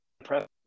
impressive